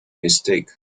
mistake